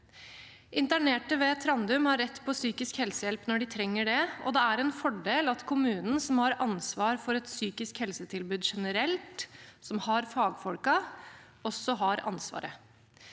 Internerte ved Trandum har rett til psykisk helsehjelp når de trenger det, og det er en fordel at kommunen som har ansvar for et psykisk helsetilbud generelt, og som har fagfolkene, også har ansvaret.